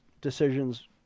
decisions